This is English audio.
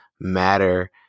matter